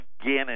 again